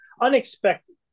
unexpected